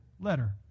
letter